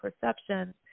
perception